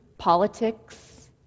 Politics